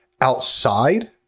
outside